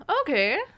okay